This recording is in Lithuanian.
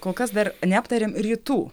kol kas dar neaptarėm rytų